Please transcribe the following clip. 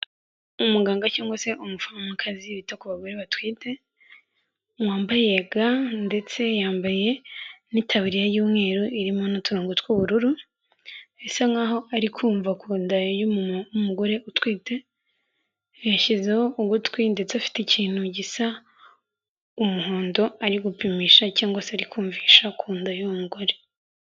Umuganga cyangwa se umuforomokazi wita ku bagore batwite, wambaye ga ndetse yambaye n'itaburiya y'umweru irimo n'uturongo tw'ubururu, bisa nk'aho ari kumva ku nda y'umugore utwite, yashyizeho ugutwi ndetse afite ikintu gisa umuhondo ari gupimisha cyangwa se ari kumvisha ku nda y'uwo mugore.